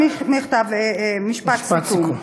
משפט סיכום.